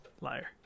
liar